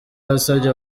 yasabye